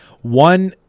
one